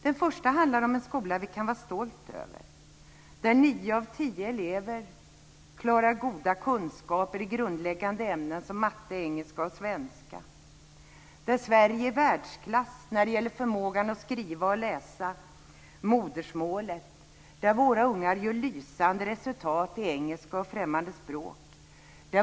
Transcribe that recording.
Den första handlar om en skola vi kan vara stolta över. Det är en skola där nio av tio elever har goda kunskaper i grundläggande ämnen som matte, engelska och svenska. Sverige är i världsklass när det gäller förmågan att skriva och läsa modersmålet. Våra ungar visar upp lysande resultat i engelska och andra främmande språk.